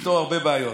יפתור הרבה בעיות.